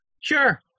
sure